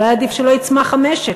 אולי עדיף שלא יצמח המשק?